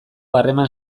harreman